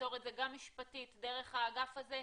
לפתור את זה גם משפטית דרך האגף הזה.